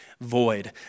void